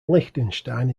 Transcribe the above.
liechtenstein